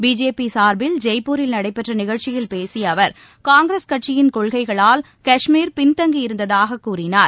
BJP சார்பில் ஜெய்ப்பூரில் நடைபெற்ற நிகழ்ச்சியில் பேசிய அவர் காங்கிரஸ் கட்சியின் கொள்கைகளால் காஷ்மீர் பினதங்கி இருந்ததாக கூறினார்